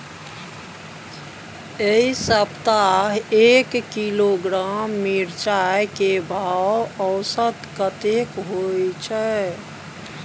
ऐ सप्ताह एक किलोग्राम मिर्चाय के भाव औसत कतेक होय छै?